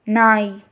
நாய்